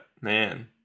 man